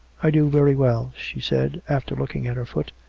i do very well, she said, after looking at her foot,